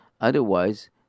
Otherwise